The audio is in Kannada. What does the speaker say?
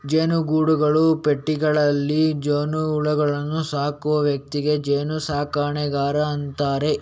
ಜೇನುಗೂಡುಗಳು, ಪೆಟ್ಟಿಗೆಗಳಲ್ಲಿ ಜೇನುಹುಳುಗಳನ್ನ ಸಾಕುವ ವ್ಯಕ್ತಿಗೆ ಜೇನು ಸಾಕಣೆಗಾರ ಅಂತಾರೆ